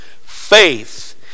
faith